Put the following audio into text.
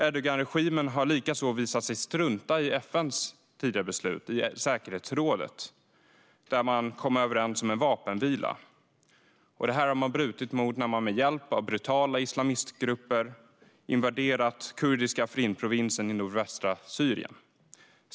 Erdoganregimen har också visat sig strunta i den vapenvila som FN:s säkerhetsråd kommit överens om. Man bröt mot denna när man med hjälp av brutala islamistgrupper invaderade kurdiska Afrinprovinsen i nordvästra Syrien.